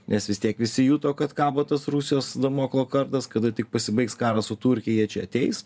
nes vis tiek visi juto kad kabo tas rusijos damoklo kardas kada tik pasibaigs karas su turkija čia ateis